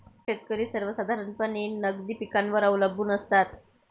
शेतकरी सर्वसाधारणपणे नगदी पिकांवर अवलंबून असतात